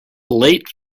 late